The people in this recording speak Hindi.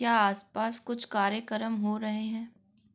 क्या आस पास कुछ कार्यक्रम हो रहे हैं